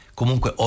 comunque